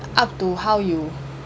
up to how you